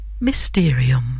Mysterium